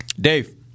Dave